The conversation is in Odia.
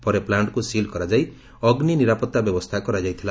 ପରେ ପ୍ଲାଙ୍ଙ୍କୁ ସିଲ୍ କରାଯାଇ ଅଗ୍ନି ନିରାପତ୍ତା ବ୍ୟବସ୍କା କରାଯାଇଥିଲା